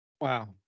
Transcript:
Wow